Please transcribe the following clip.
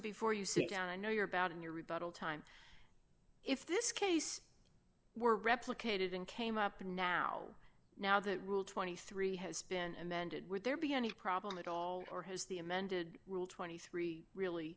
before you sit down i know you're about in your rebuttal time if this case were replicated and came up now now that rule twenty three has been amended would there be any problem at all or has the amended rule twenty three really